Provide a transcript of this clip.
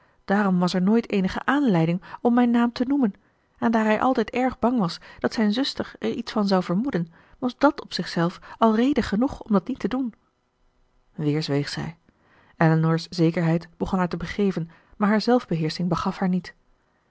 daarom was er nooit eenige aanleiding om mijn naam te noemen en daar hij altijd erg bang was dat zijn zuster er iets van zou vermoeden was dat op zich zelf al reden genoeg om dat niet te doen weer zweeg zij elinor's zekerheid begon haar te begeven maar haar zelfbeheersching begaf haar niet